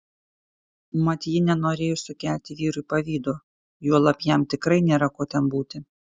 mat ji nenorėjo sukelti vyrui pavydo juolab jam tikrai nėra ko ten būti